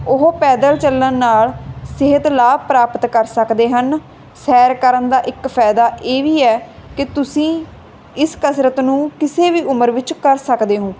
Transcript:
ਉਹ ਪੈਦਲ ਚੱਲਣ ਨਾਲ ਸਿਹਤ ਲਾਭ ਪ੍ਰਾਪਤ ਕਰ ਸਕਦੇ ਹਨ ਸੈਰ ਕਰਨ ਦਾ ਇੱਕ ਫਾਇਦਾ ਇਹ ਵੀ ਹੈ ਕਿ ਤੁਸੀਂ ਇਸ ਕਸਰਤ ਨੂੰ ਕਿਸੇ ਵੀ ਉਮਰ ਵਿੱਚ ਕਰ ਸਕਦੇ ਹੋ